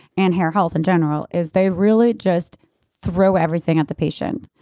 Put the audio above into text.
and hair health in general, is they really just throw everything at the patient.